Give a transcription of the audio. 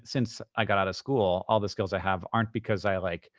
since i got out of school, all the schools i have aren't because i, like,